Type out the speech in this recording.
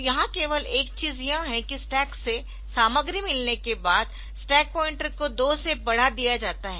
तो यहाँ केवल एक चीज यह है कि स्टैक से सामग्री मिलने के बाद स्टैक पॉइंटर को दो से बढ़ा दिया जाता है